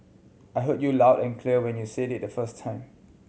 I heard you loud and clear when you said it the first time